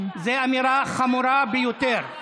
זו אמירה חמורה ביותר.